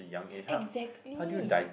exactly